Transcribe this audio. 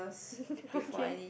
okay